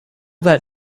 that